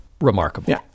remarkable